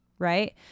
right